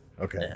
okay